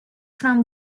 from